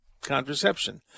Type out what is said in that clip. contraception